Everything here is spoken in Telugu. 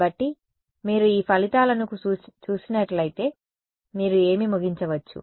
కాబట్టి మీరు ఈ ఫలితాలను చూసినట్లయితే మీరు ఏమి ముగించవచ్చు